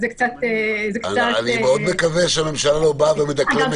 אני מאוד מקווה שהממשלה לא באה ומדקלמת